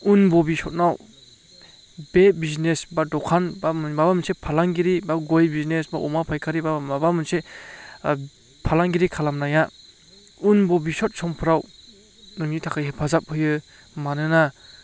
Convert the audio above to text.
उन बबिसथनाव बे बिजनेस एबा दखान एबा माबा मोनसे फालांगिरि एबा गय बिजनेस एबा अमा फायखारि एबा माबा मोनसे फालांगिरि खालामनाया उन बबिशत समफ्राव नोंनि थाखाय हेफाजाब होयो मानोना